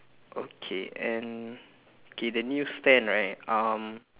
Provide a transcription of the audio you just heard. okay and K the news stand right um